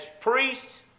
priests